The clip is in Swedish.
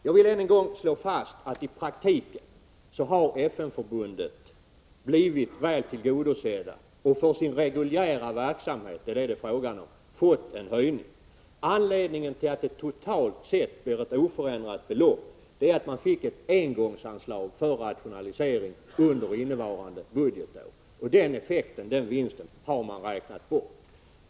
Jag vill än en gång slå fast att FN-förbundet har blivit väl tillgodosett och fått en höjning av anslaget för sin reguljära verksamhet. Anledningen till att beloppet totalt sett är oförändrat beror på att man fick ett engångsanslag för rationaliseringar under innevarande budgetår. Det beloppet har man nu räknat bort.